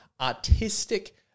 artistic